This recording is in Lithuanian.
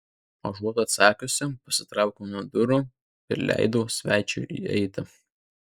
užuot atsakiusi pasitraukiau nuo durų ir leidau svečiui įeiti